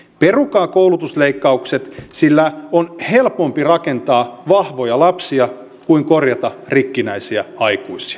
perukaa koulutusleikkaukset sillä on helpompi rakentaa vahvoja lapsia kuin korjata rikkinäisiä aikuisia